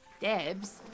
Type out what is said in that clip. Debs